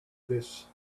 this